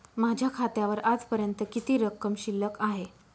माझ्या खात्यावर आजपर्यंत किती रक्कम शिल्लक आहे?